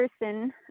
person